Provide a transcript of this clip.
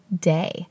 day